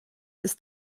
ist